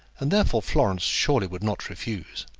and therefore florence surely would not refuse.